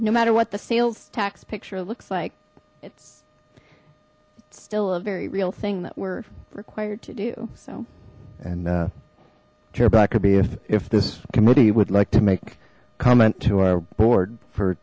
no matter what the sales tax picture looks like it's still a very real thing that we're required to do so and jeribai could be if if this committee would like to make comment to our board for